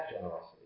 generosity